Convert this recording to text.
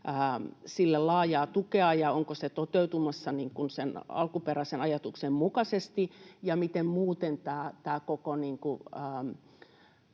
sille laajaa tukea, ja onko se toteutumassa sen alkuperäisen ajatuksen mukaisesti? Ja miten muuten tämä koko